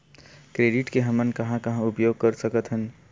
Credit के हमन कहां कहा उपयोग कर सकत हन?